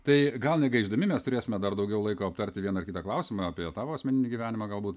tai gal negaišdami mes turėsime dar daugiau laiko aptarti vieną ar kitą klausimą apie tavo asmeninį gyvenimą galbūt